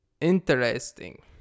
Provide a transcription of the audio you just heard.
interesting